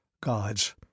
Gods